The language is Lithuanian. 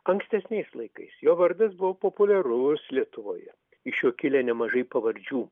ankstesniais laikais jo vardas buvo populiarus lietuvoje iš jo kilę nemažai pavardžių